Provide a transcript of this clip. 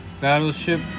Battleship